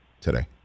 today